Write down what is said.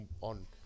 On